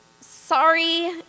Sorry